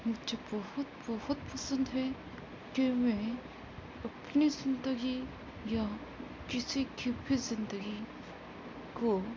مجھے بہت بہت پسند ہے کہ میں اپنی زندگی یا کسی کی بھی زندگی کو